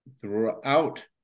throughout